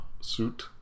suit